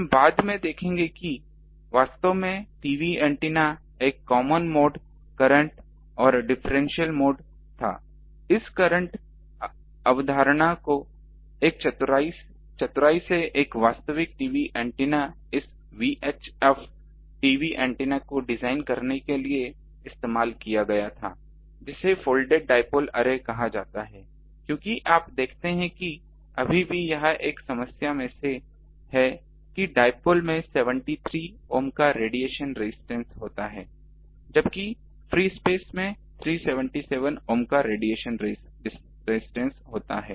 हम बाद में देखेंगे कि वास्तव में टीवी एंटीना एक कॉमन मोड करंट और डिफरेंशियल मोड था इस करंट अवधारणा को चतुराई से एक वास्तविक टीवी एंटेना इस VHF टीवी एंटेना को डिजाइन करने के लिए इस्तेमाल किया गया था जिसे फोल्डेड डिपोल अरे कहा जाता है क्योंकि आप देखते है की अभी भी यह एक समस्या में से है कि डाइपोल में 73 ohm का रेडिएशन रेजिस्टेंस होता है जबकि फ्री स्पेस में 377 ohm का रेडिएशन रेजिस्टेंस होता है